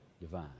divine